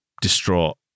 distraught